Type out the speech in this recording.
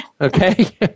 okay